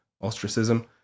ostracism